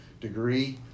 degree